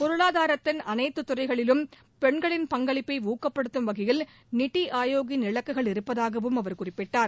பொருளாதாரத்தின் அனைத்து துறைகளிலும் பெண்களின் பங்களிப்பை ஊக்கப்படுத்தும் வகையில் நித்தி ஆயோக்கின் இலக்குகள் இருப்பதாகவும் அவர் குறிப்பிட்டார்